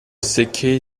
سکه